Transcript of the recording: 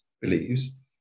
believes